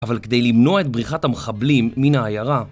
אבל כדי למנוע את בריחת המחבלים מן העיירה